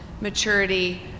maturity